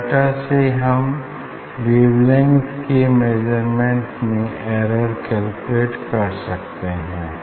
data से हम wavelength के मेजरमेन्ट में एरर कैलकुलेट कर सकते हैं